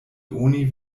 oni